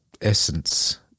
essence